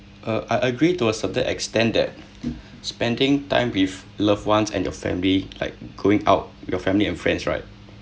uh I agree to a certain extent that spending time with loved ones and your family like going out with your family and friends right